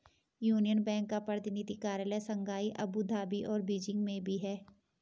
union bank का प्रतिनिधि कार्यालय शंघाई अबू धाबी और बीजिंग में भी है